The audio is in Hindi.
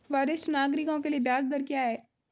वरिष्ठ नागरिकों के लिए ब्याज दर क्या हैं?